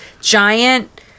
giant